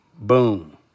boom